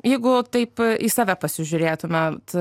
jeigu taip į save pasižiūrėtumėt